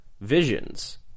visions